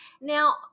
Now